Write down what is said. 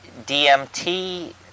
DMT